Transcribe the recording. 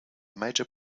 major